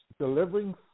delivering